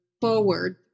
forward